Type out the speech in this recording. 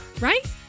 right